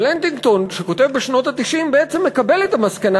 אבל הנטינגטון שכותב בשנות ה-90 בעצם מקבל את המסקנה